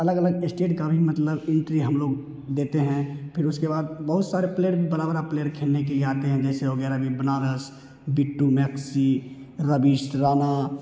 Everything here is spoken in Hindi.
अलग अलग इश्टेट का भी मतलब एंट्री हम लोग देते हैं फिर उसके बाद बहुत सारे प्लेयर बड़ा बड़ा प्लेयर खेलने के लिए आते हैं जैसे हो गया रणबीर बनारस बिट्टू मैक्सी रवीश राणा